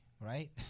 right